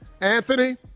Anthony